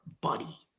buddy